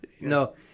No